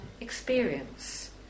experience